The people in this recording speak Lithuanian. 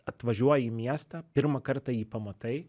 atvažiuoji į miestą pirmą kartą jį pamatai